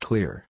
Clear